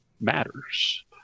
matters